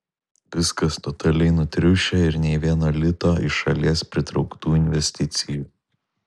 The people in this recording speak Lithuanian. viskas totaliai nutriušę ir nei vieno lito iš šalies pritrauktų investicijų